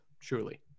surely